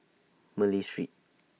Malay Street